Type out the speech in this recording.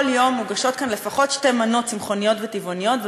כל יום מוגשות כאן לפחות שתי מנות צמחוניות וטבעוניות,